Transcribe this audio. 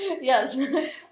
Yes